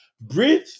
Breathe